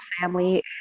family